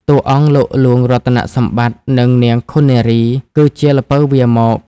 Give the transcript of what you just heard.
តួអង្គ លោកហ្លួងរតនសម្បត្តិ និងនាងឃុននារី គឺជា "ល្ពៅវារមក"។